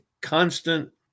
constant